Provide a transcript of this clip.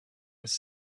was